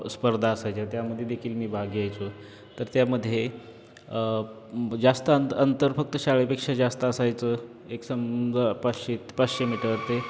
स्पर्धा असायच्या त्यामध्येदेखील मी भाग घ्यायचो तर त्यामध्ये जास्त अ अंतर फक्त शाळेपेक्षा जास्त असायचं एक समजा पाचशे पाचशे मीटर ते